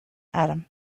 adam